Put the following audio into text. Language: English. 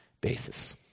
basis